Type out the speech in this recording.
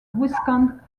viscount